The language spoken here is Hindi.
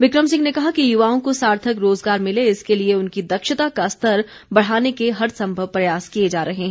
बिक्रम सिंह ने कहा कि युवाओं को सार्थक रोज़गार मिले इसके लिए उनकी दक्षता का स्तर बढ़ाने के हर संभव प्रयास किए जा रहे हैं